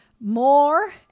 more